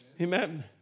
Amen